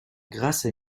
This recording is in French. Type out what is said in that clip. grâce